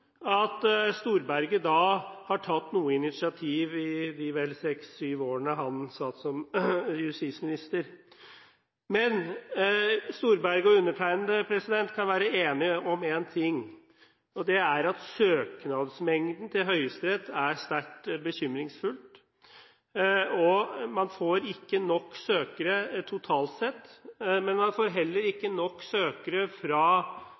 at Storberget tok noe initiativ i de vel seks–syv årene han satt som justisminister. Men Storberget og undertegnede kan være enige om en ting, og det er at søknadsmengden til Høyesterett er sterkt bekymringsfull. Man får ikke nok søkere totalt sett, men man får heller